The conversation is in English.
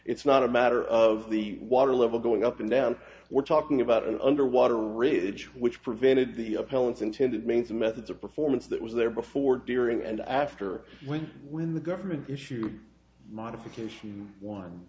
it's not a matter of the water level going up and down we're talking about an underwater ridge which prevented the appellant's intended mains methods of performance that was there before during and after when when the government issued modification one